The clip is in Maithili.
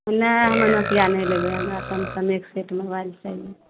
नहि हमे नोकिया नहि लेबय हमरा सेमसनेके सेट मोबाइल चाहिए